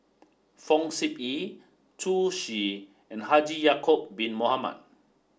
Fong Sip Chee Zhu Xu and Haji Ya'acob bin Mohamed